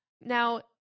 Now